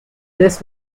this